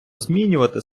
змінювати